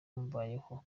mbayeho